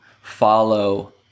follow